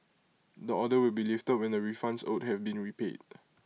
the order will be lifted when the refunds owed have been repaid